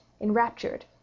enraptured